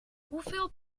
hoeveel